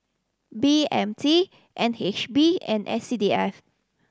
B M T N H B and S C D F